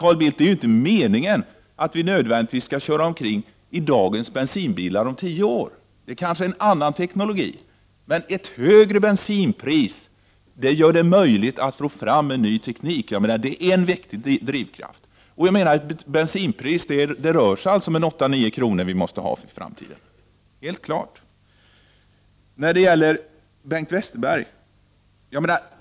Det är ju inte meningen att vi om tio år nödvändigtvis skall köra omkring i dagens bensindrivna bilar. Vi kanske har en annan teknologi då. Ett högre bensinpris gör det möjlighet att få fram en ny teknik. Det är en viktig drivkraft. Bensinpriset måste alltså vara 8-9 kr. i framtiden. Det är helt klart.